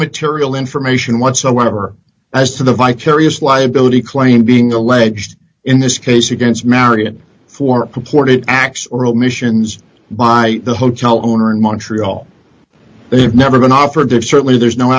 material information whatsoever as to the vicarious liability claim being alleged in this case against marion for purported acts or omissions by the hotel owner in montreal they have never been offered certainly there's no